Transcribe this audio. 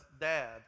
Dad